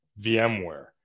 VMware